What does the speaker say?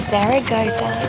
Zaragoza